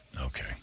Okay